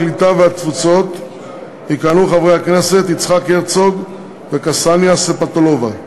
הקליטה והתפוצות יכהנו חברי הכנסת יצחק הרצוג וקסניה סבטלובה,